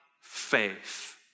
faith